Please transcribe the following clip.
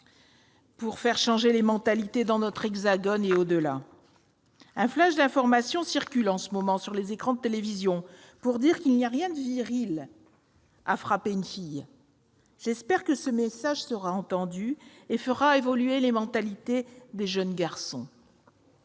pour changer les mentalités dans l'Hexagone et au-delà. Un flash d'information circule en ce moment sur les écrans de télévision pour dire qu'il n'y a rien de viril à frapper une fille. J'espère que ce message sera entendu et fera évoluer la mentalité des jeunes garçons.